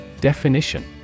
Definition